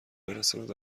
برساند